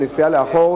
בנסיעה לאחור.